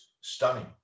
stunning